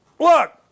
Look